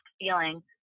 feeling